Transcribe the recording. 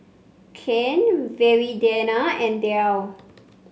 Kian Viridiana and Derl